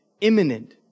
Imminent